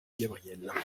gabrielle